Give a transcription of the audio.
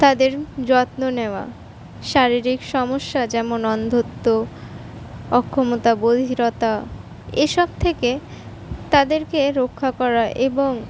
তাদের যত্ন নেওয়া শারীরিক সমস্যা যেমন অন্ধত্ব অক্ষমতা বধিরতা এসব থেকে তাদেরকে রক্ষা করা এবং